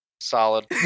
Solid